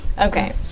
Okay